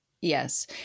yes